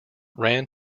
ran